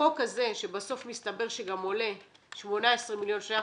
החוק הזה שבסוף מסתבר שגם עולה 18 מיליון שקל